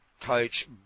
coach